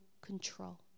control